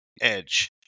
edge